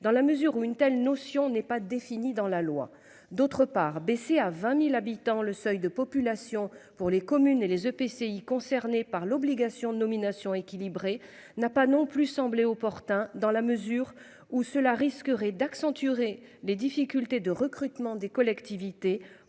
dans la mesure où une telle notion n'est pas définie dans la loi. D'autre part baisser à 20.000 habitants. Le seuil de population pour les communes et les EPCI concernés par l'obligation de nominations équilibrées n'a pas non plus semblé opportun dans la mesure où cela risquerait d'Accenture et les difficultés de recrutement des collectivités